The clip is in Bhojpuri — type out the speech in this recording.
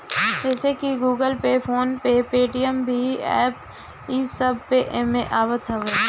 जइसे की Google Pay, PhonePe, Paytm भीम एप्प इस सब एमे आवत हवे